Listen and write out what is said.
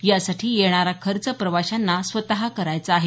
यासाठी येणार खर्च प्रवाशांना स्वतः करायचा आहे